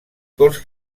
corts